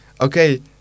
okay